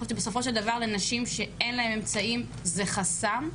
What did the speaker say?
בסופו של דבר לנשים שאין להן אמצעים זה חסם.